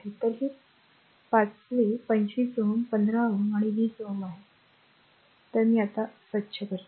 तर हे पाचवे 25 Ω 15 Ω आणि 20 Ω आहे तर मी ते साफ करत आहे